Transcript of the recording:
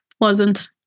pleasant